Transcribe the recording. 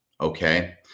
okay